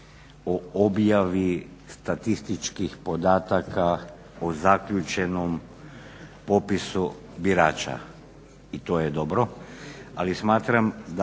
o objavi statističkih podataka o zaključenom popisu birača i to je dobro,